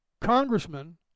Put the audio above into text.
congressman